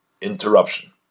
interruption